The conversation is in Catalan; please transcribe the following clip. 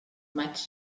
maig